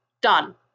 Done